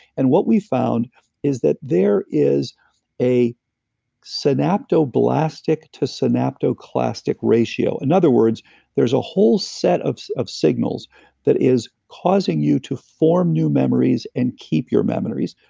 and what we've found is that there is a synaptoblastic to synaptoclastic ratio. in and other words there's a whole set of of signals that is causing you to form new memories, and keep your memories.